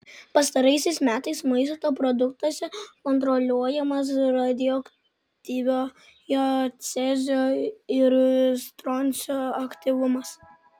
pastaraisiais metais maisto produktuose kontroliuojamas radioaktyviojo cezio ir stroncio aktyvumas